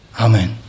Amen